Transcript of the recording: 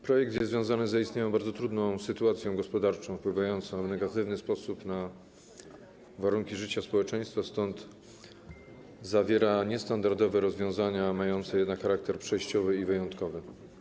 Projekt jest związany z zaistniałą bardzo trudną sytuacją gospodarczą, wpływającą w negatywny sposób na warunki życia społeczeństwa, stąd zawiera niestandardowe rozwiązania, mające jednak charakter przejściowy i wyjątkowy.